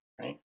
right